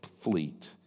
fleet